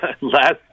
last